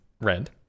red